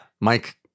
Mike